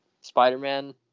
Spider-Man